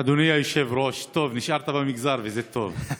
אדוני היושב-ראש, נשארת במגזר, וזה טוב.